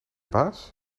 baas